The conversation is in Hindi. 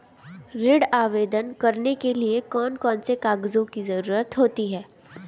ऋण आवेदन करने के लिए कौन कौन से कागजों की जरूरत होती है?